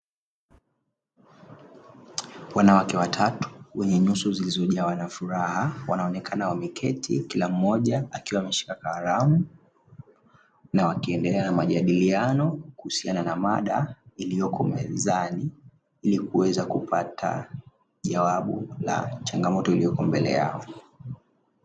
Wanawake watatu wenye nyuso zilizojawa na furaha, wanaonekana wameketi kila mmoja akiwa ameshika kalamu na wakiendelea na majadiliano kuhusiana mada iliyoko mezani ili kuweza kupata jawabu la changamoto iliyoko mbele yao.